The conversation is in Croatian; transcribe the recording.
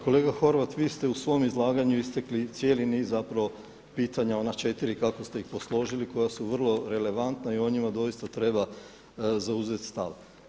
Kolega Horvat, vi ste u svom izlaganju istekli cijeli niz pitanja ona četiri kako ste ih posložili koja su vrlo relevantna i o njima doista treba zauzeti stav.